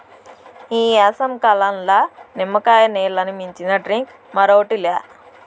ఈ ఏసంకాలంల నిమ్మకాయ నీల్లని మించిన డ్రింక్ మరోటి లే